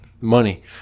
money